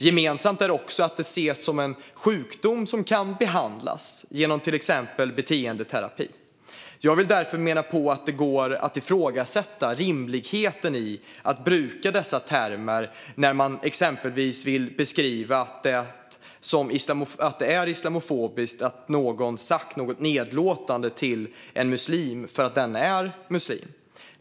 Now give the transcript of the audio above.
Gemensamt är också att det ses som en sjukdom som kan behandlas genom till exempel beteendeterapi. Jag vill därför mena på att det går att ifrågasätta rimligheten i att bruka dessa termer när man exempelvis vill beskriva att det är islamofobiskt att någon sagt något nedlåtande till en muslim för att den är muslim.